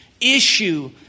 issue